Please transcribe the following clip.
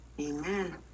Amen